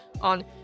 on